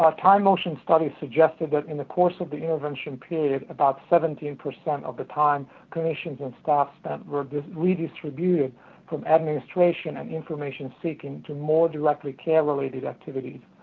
time-motion study suggested that in the course of the intervention period, about seventeen percent of the time clinicians and staff spent, were redistributed from administration and information seeking, to more directly care-related activities.